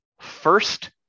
first